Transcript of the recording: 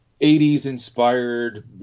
80s-inspired